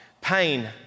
Pain